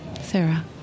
Sarah